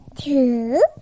two